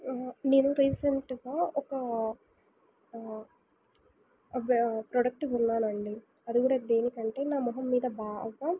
నేను రీసెంట్గా ఒక ప్రోడక్ట్ కొన్నానండి అది కూడా దేనికంటే నా మొహం మీద బాగా